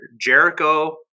Jericho